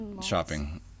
shopping